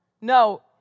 No